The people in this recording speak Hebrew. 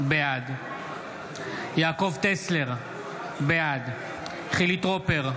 בעד יעקב טסלר, בעד חילי טרופר,